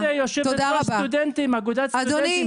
אולי היית יושבת-ראש אגודת סטודנטים,